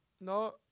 No